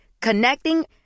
Connecting